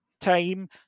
time